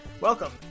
Welcome